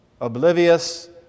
oblivious